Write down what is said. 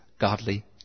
godly